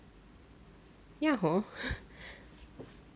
ya hor